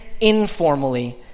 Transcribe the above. informally